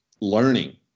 learning